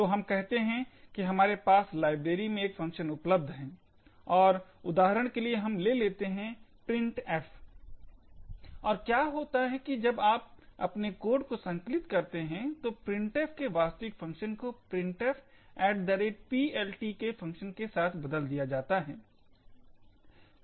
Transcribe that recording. तो हम कहते हैं कि हमारे पास लाइब्रेरी में एक फंक्शन उपलब्ध है और उदाहरण के लिए हम ले लेते हैं printf और क्या होता है कि जब आप अपने कोड को संकलित करते हैं तो printf के वास्तविक फंक्शन को printfPLT के फंक्शन के साथ बदल दिया जाता है